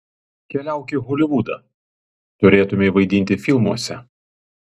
keliauk į holivudą turėtumei vaidinti filmuose